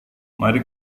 mari